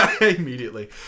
immediately